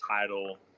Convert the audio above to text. title